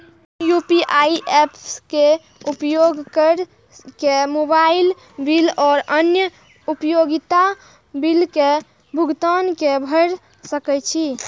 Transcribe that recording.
हम UPI apps के उपयोग केर के मोबाइल बिल और अन्य उपयोगिता बिल के भुगतान केर सके छी